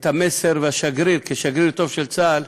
את המסר כשגריר טוב של צה"ל,